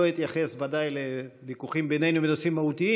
לא אתייחס ודאי לוויכוחים בינינו בנושאים מהותיים,